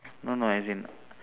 no no as in